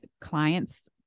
clients